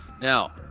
Now